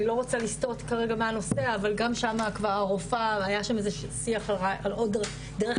אני לא רוצה לסטות כרגע מהנושא אבל גם שנה היה שיח על עוד דרך